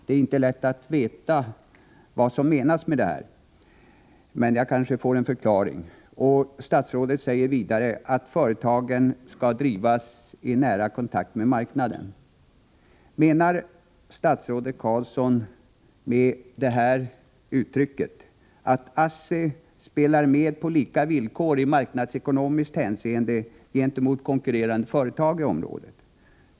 Det är inte lätt att veta vad som menas med detta. Men jag kanske får en förklaring. Statsrådet säger vidare att företagen skall drivas i nära kontakt med marknaden. Menar statsrådet Carlsson med detta uttryck att ASSI spelar med på lika villkor i marknadsekonomiskt hänseende gentemot konkurrerande företag i området?